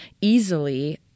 easily